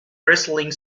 wrestling